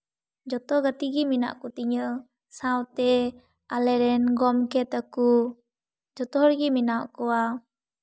ᱡᱚᱛᱚ ᱜᱟᱛᱮ ᱜᱮ ᱢᱮᱱᱟᱜ ᱠᱚᱛᱤᱧᱟᱹ ᱥᱟᱶᱛᱮ ᱟᱞᱮ ᱨᱮᱱ ᱜᱚᱢᱠᱮ ᱛᱟᱠᱚ ᱡᱚᱛᱚ ᱦᱚᱲ ᱜᱮ ᱢᱮᱱᱟᱜ ᱠᱚᱣᱟ